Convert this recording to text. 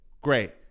great